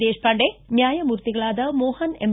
ದೇಶಪಾಂಡೆ ನ್ಯಾಯಮೂರ್ತಿಗಳಾದ ಮೋಹನ ಎಂ